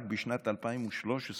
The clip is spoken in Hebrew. רק בשנת 2013,